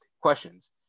questions